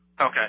Okay